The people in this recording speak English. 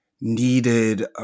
needed